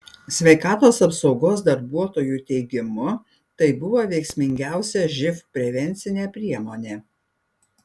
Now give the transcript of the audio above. sveikatos apsaugos darbuotojų teigimu tai buvo veiksmingiausia živ prevencinė priemonė